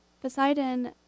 Poseidon